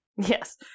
Yes